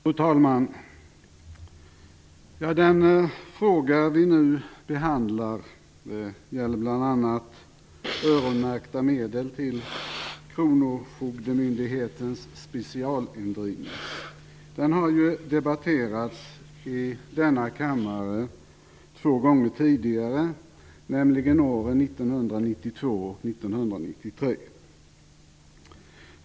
Fru talman! Den fråga vi nu behandlar gäller bl.a. öronmärkta medel till kronofogdemyndighetens specialindrivning. Den har debatterats i denna kammare två gånger tidigare, nämligen 1992 och 1993.